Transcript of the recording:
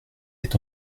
est